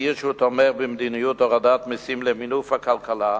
והצהיר שהוא תומך במדיניות הורדת מסים למינוף הכלכלה,